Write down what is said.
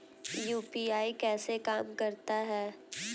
UPI कैसे काम करता है?